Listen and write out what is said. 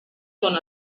són